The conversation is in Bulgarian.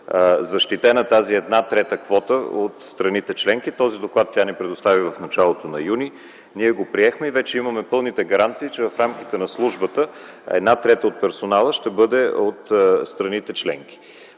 защитена тази 1/3 квота от страните-членки. Този доклад тя ни предостави в началото на м. юни Ние го приехме и вече имаме пълните гаранции, че в рамките на службата една трета от персонала ще бъде от страните членки.